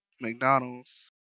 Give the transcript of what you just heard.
McDonald's